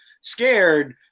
scared